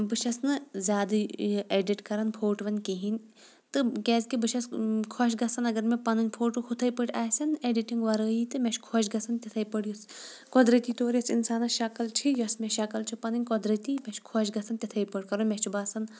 بہٕ چھٮ۪س نہٕ زیادٕ یہِ ایڈِٹ کَران فوٹوٗوَن کِہیٖنۍ تہٕ کیٛازِکہِ بہٕ چھٮ۪س خۄش گژھان اگر مےٚ پَنٕنۍ فوٹوٗ ہُتھَے پٲٹھۍ آسن ایڈِٹِںٛگ وَرٲیی تہٕ مےٚ چھِ خۄش گژھان تِتھَے پٲٹھۍ یُس قۄدرٔتی طور یۄس اِنسانَس شَکٕل چھِ یۄس مےٚ شَکٕل چھِ پَنٕنۍ قۄدرٔتی مےٚ چھِ خۄش گژھان تِتھَے پٲٹھۍ کَرُن مےٚ چھُ باسان